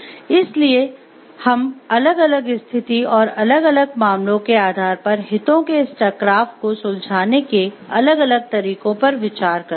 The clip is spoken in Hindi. इसीलिए हम अलग अलग स्थिति और अलग अलग मामलों के आधार पर हितों के इस टकराव को सुलझाने के अलग अलग तरीकों पर विचार करते हैं